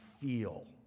feel